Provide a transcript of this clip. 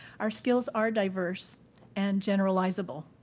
our skills are diverse and generalizable.